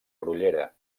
grollera